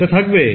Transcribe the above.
এটা থাকবে